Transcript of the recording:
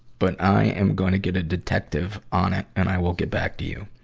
but i am gonna get a detective on it and i will get back to you.